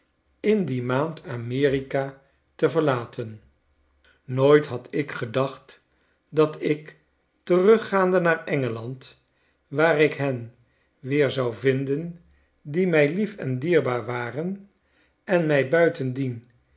in die maand amerika te verlaten nooit had ik gedacht dat ik teruggaande naar engeland waar ik hen weer zou vinden die mij lief en dierbaar waren en mij buitendien